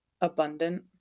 abundant